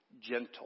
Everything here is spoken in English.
gentle